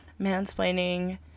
mansplaining